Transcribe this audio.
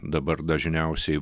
dabar dažniausiai